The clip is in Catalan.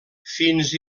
fins